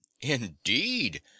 Indeed